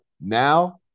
Now